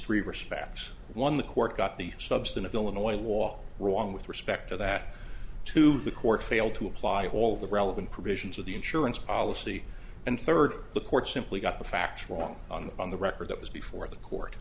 three respects one the court got the substantive illinois law wrong with respect to that to the court failed to apply all the relevant provisions of the insurance policy and third the court simply got the facts wrong on the on the record that was before the court